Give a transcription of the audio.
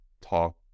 talk